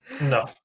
No